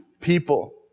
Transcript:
people